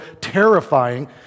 terrifying